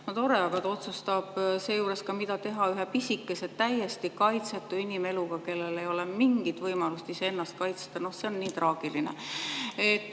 tore, aga ta otsustab seejuures ka, mida teha ühe pisikese, täiesti kaitsetu inimese eluga, kellel ei ole mingit võimalust ennast kaitsta. See on nii traagiline.